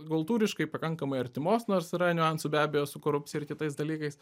kultūriškai pakankamai artimos nors yra niuansų be abejo su korupcija ir kitais dalykais